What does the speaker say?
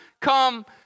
come